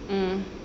mm